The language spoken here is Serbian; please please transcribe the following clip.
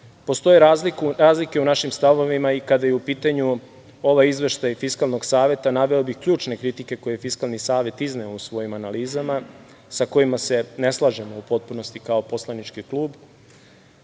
razlike u našim stavovima i kada je u pitanju ovaj izveštaj Fiskalnog saveta. Naveo bih ključne kritike koje je Fiskalni savet izneo u svojim analizama, a sa kojima se ne slažemo u potpunosti kao poslanički klub.